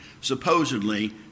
supposedly